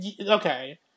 Okay